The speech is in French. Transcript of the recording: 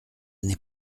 n’est